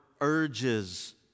urges